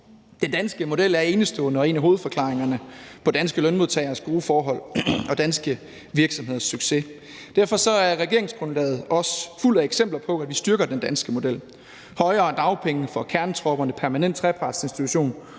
Den danske model er enestående og en af hovedforklaringerne på danske lønmodtageres gode forhold og danske virksomheders succes. Derfor er regeringsgrundlaget også fuld af eksempler på, at vi styrker den danske model – højere dagpenge for kernetropperne, permanent trepartsinstitution,